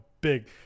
big